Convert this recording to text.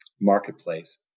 marketplace